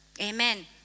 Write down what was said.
Amen